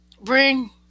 bring